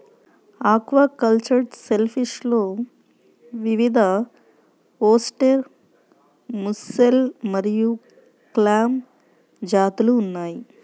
aquacultured షెల్ఫిష్లో వివిధఓస్టెర్, mussel మరియు క్లామ్ జాతులు ఉన్నాయి